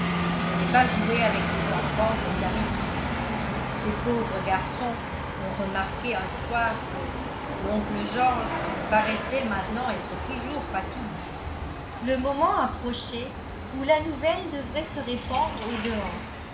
je n'ai pas joué avec les enfants comme d'habitude ces pauvres garçons ont remarqué un soir que l'oncle georges paraissait maintenant être toujours fatigué le moment approchait où la nouvelle devrait se répandre au dehors